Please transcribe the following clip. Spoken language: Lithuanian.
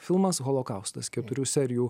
filmas holokaustas keturių serijų